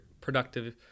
productive